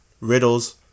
riddles